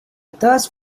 thirst